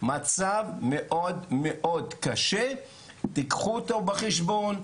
מצב מאוד, מאוד קשה, תיקחו אותו בחשבון.